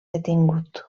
detingut